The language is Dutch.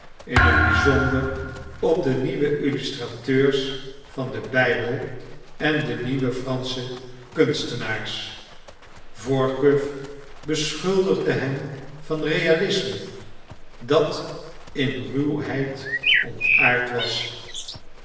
in t bizonder op de nieuwe illustrateurs van den bijbel en de nieuwere fransche kunstenaars workuw beschuldigde hen van realisme dat in ruwheid ontaard was